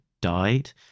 died